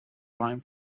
rhine